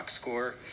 score